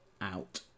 out